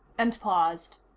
and paused.